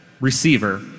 receiver